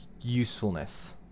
usefulness